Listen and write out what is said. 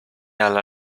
alla